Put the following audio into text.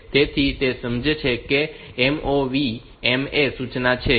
તેથી તે સમજશે કે તે એક MOV MA સૂચના છે